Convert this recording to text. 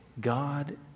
God